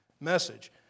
message